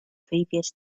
previous